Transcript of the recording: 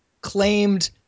claimed